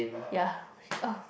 ya